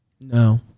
No